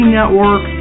Network